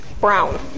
brown